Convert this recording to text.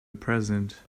present